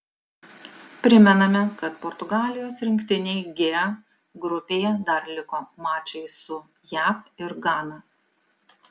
primename kad portugalijos rinktinei g grupėje dar liko mačai su jav ir gana